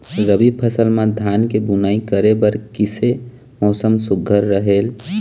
रबी फसल म धान के बुनई करे बर किसे मौसम सुघ्घर रहेल?